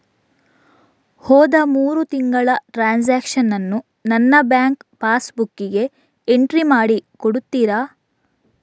ಹೋದ ಮೂರು ತಿಂಗಳ ಟ್ರಾನ್ಸಾಕ್ಷನನ್ನು ನನ್ನ ಬ್ಯಾಂಕ್ ಪಾಸ್ ಬುಕ್ಕಿಗೆ ಎಂಟ್ರಿ ಮಾಡಿ ಕೊಡುತ್ತೀರಾ?